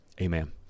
Amen